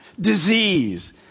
disease